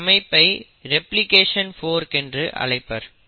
இந்த அமைப்பை replication fork என்று அழைப்பர்